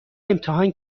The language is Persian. امتحان